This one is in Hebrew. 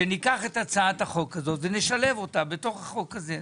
שניקח את הצעת החוק הזאת ונשלב אותה בתוך החוק הזה,